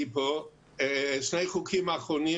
שני החוקים האחרונים,